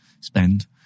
spend